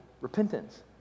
Repentance